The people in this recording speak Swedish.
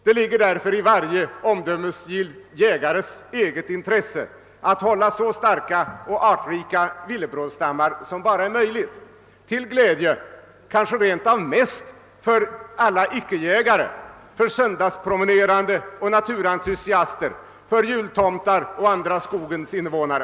Det ligger i varje omdömesgill jägares eget intresse att hålla så starka och artrika villebrådsstammar som möjligt, kanske rent av mest till glädje för alla icke-jägare, för söndagspromenerande och naturentusiaster, för jultomtar. och andra skogens innevånare.